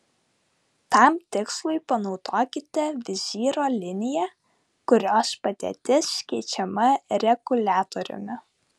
tam tikslui panaudokite vizyro liniją kurios padėtis keičiama reguliatoriumi